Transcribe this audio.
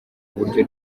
uburyo